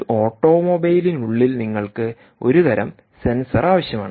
ഒരു ഓട്ടോമൊബൈലിനുള്ളിൽ നിങ്ങൾക്ക് ഒരു തരം സെൻസർ ആവശ്യമാണ്